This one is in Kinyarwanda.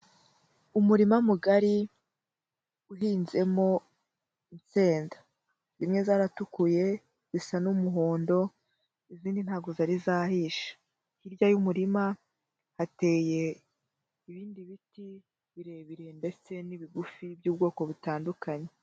Umurima mugari uhinzemo insenda, zimwe zaratukuye zisa n'umuhondo izindi, ntabwo zari zahisha, hirya y'umurima hateye ibindi biti birebire ndetse n'ibigufi by'ubwoko butandukanye.